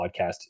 podcast